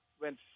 went